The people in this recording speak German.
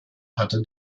hatte